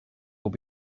will